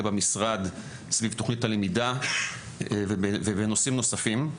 במשרד סביב תכנית הלמידה ובנושאים נוספים.